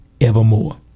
evermore